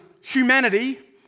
humanity